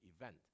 event